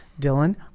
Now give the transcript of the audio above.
Dylan